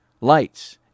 Lights